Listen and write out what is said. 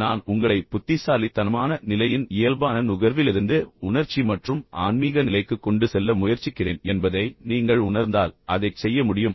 நான் உங்களை புத்திசாலித்தனமான நிலையின் இயல்பான நுகர்விலிருந்து உணர்ச்சி மற்றும் ஆன்மீக நிலைக்கு கொண்டு செல்ல முயற்சிக்கிறேன் என்பதை நீங்கள் உணர்ந்தால் அதைச் செய்ய முடியும்